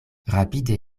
rapide